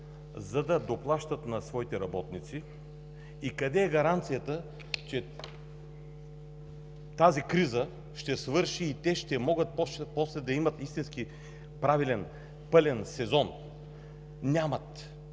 за да доплащат на своите работници и къде е гаранцията, че тази криза ще свърши и те ще могат после да имат истински правилен пълен сезон? Нямат.